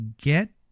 get